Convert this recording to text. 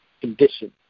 condition